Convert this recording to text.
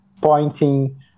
pointing